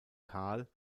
carl